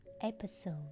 episode